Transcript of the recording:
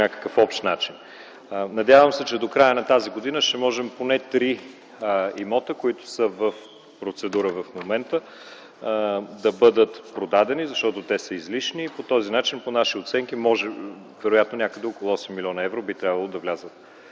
някакъв общ начин. Надявам се, че до края на тази година ще можем поне три имота, които са в процедура в момента, да бъдат продадени, защото са излишни. По този начин по наши преценки някъде около 8 млн. би трябвало да влязат